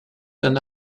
d’un